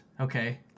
Okay